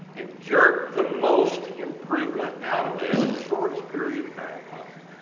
jerk the most improvement out of that in the shortest period of time possible,